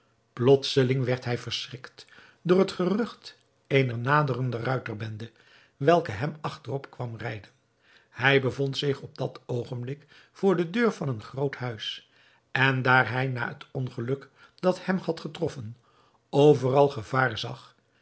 plotseling werd hij verschrikt door het gerucht eener naderende ruiterbende welke hem achterop kwam rijden hij bevond zich op dat oogenblik voor de deur van een groot huis en daar hij na het ongeluk dat hem had getroffen overal gevaar zag